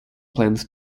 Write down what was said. plans